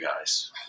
guys